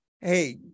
Hey